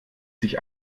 sich